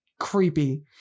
creepy